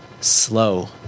slow